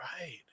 right